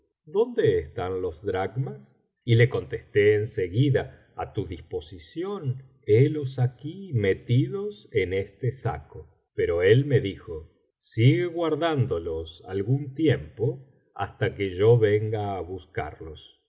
dónde están los dracmas y le contestó en seguida a tu disposición líelos aquí metidos en este saco pero él me dijo sigue guardándolos algún tiempo hasta que yo venga á buscarlos